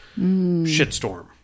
shitstorm